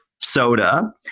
soda